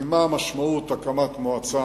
כי מה המשמעות להקמת מועצה